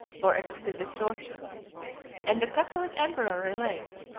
or exquisite torture and a catholic emperor relates,